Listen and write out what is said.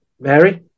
Mary